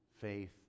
faith